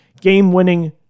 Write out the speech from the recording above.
game-winning